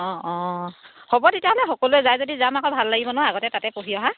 অঁ অঁ হ'ব তেতিয়াহ'লে সকলোৱে যায় যদি যাম আকৌ ভাল লাগিব ন আগতে তাতে পঢ়ি অহা